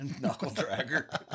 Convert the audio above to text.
Knuckle-dragger